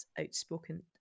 outspoken